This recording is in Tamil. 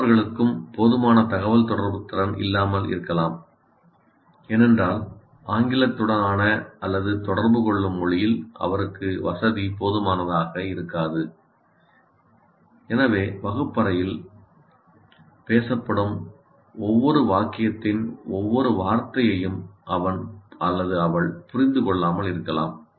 மாணவர்களுக்கும் போதுமான தகவல்தொடர்பு திறன் இல்லாமல் இருக்கலாம் ஏனென்றால் ஆங்கிலத்துடனான அல்லது தொடர்பு கொள்ளும் மொழியில் அவருக்கு வசதி போதுமானதாக இருக்காது எனவே வகுப்பறையில் பேசப்படும் ஒவ்வொரு வாக்கியத்தின் ஒவ்வொரு வார்த்தையையும் அவன் அவள் புரிந்து கொள்ளாமல் இருக்கலாம்